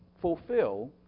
fulfill